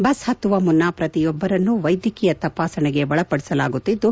bus ಹತ್ತುವ ಮುನ್ನ ಪ್ರತಿಯೊಬ್ಬರನ್ನು ವೈದ್ಯಕೀಯ ತಪಾಸಣೆಗೆ ಒಳಪಡಿಸಲಾಗುತ್ತಿದ್ದು